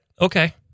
okay